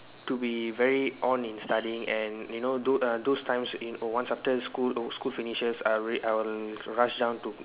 to be very on in studying and you know tho~ uh those times in oh once after school oh school finishes I will read I will rush down to